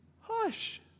hush